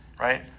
right